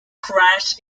crash